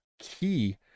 key